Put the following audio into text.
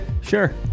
Sure